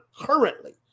currently